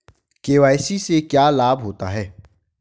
KYC से क्या लाभ होता है?